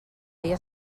dia